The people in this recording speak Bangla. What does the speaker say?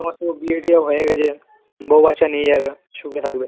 তোমার তো বিয়ে টিয়ে হয়ে গেছে বউ বাচ্চা নিয়ে যাবে সুখে থাকবে